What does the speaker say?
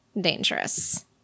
dangerous